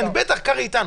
כן, בטח, קרעי איתנו.